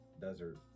desert